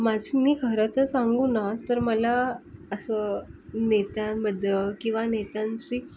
माझं मी खरं तर सांगू ना तर मला असं नेत्यांबद्दल किंवा नेत्यांशी